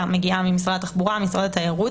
מגיעה ממשרד התחבורה או ממשרד התיירות.